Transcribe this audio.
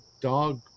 dog